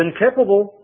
incapable